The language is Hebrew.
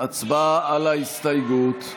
הצבעה על ההסתייגות.